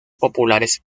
populares